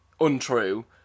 untrue